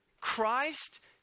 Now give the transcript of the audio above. Christ